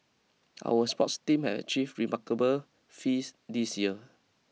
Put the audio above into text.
our sports team have achieve remarkable fees this year